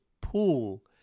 pool